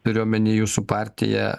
turiu omeny jūsų partiją